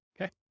Okay